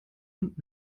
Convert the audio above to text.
und